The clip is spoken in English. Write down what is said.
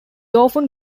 often